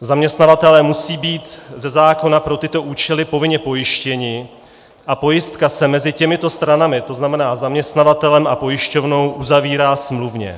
Zaměstnavatelé musí být ze zákona pro tyto účely povinně pojištěni a pojistka se mezi těmito stranami, to znamená zaměstnavatelem a pojišťovnou, uzavírá smluvně.